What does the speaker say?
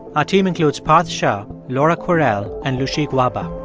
our team includes parth shah, laura kwerel and lushik waba.